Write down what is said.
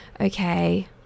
okay